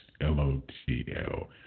L-O-T-L